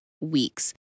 weeks